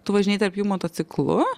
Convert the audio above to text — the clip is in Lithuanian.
tu važinėji tarp jų motociklu